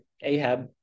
Ahab